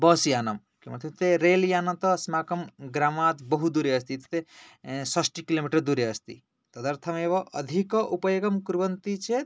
bus यानं किमित्युक्ते rail यानत अस्माकं ग्रामात् बहु दूरे अस्ति इत्युक्ते षष्टि किलोमीटर् दूरे अस्ति तदर्थमेव अधिक उपयोगं कुर्वन्ति चेत्